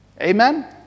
Amen